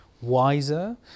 wiser